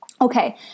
okay